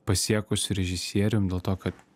pasiekusiu režisierium dėl to kad